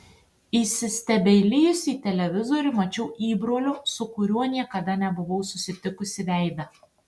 įsistebeilijusi į televizorių mačiau įbrolio su kuriuo niekada nebuvau susitikusi veidą